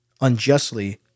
unjustly